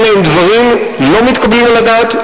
אלה הם דברים לא מתקבלים על הדעת,